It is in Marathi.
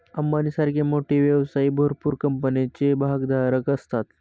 अंबानी सारखे मोठे व्यवसायी भरपूर कंपन्यांचे भागधारक असतात